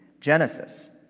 Genesis